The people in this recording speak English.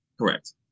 correct